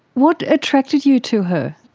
what attracted you to her?